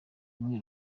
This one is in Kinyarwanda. umwe